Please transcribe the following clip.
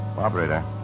Operator